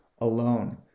alone